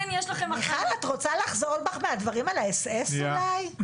מיכל, את רוצה לחזור בך מהדברים על האס.אס אולי?